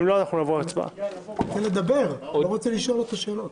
אבל לכאורה מחר בבוקר אפשר לעשות תקנות הרבה יותר דרקוניות,